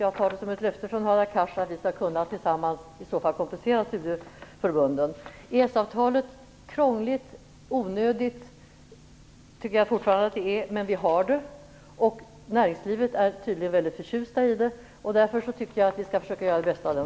Jag tar det som ett löfte från Hadar Cars att vi tillsammans skall kompensera studieförbunden. EES-avtalet är krångligt och onödigt. Det tycker jag fortfarande, men vi har det, och näringslivet är tydligen väldigt förtjust i det. Därför tycker jag att vi skall försöka göra det bästa av det.